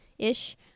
ish